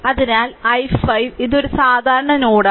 അതിനാൽ i5 ഇത് ഒരു സാധാരണ നോഡാണ്